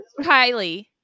kylie